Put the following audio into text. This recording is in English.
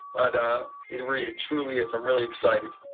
but it really truly is, i'm really excited.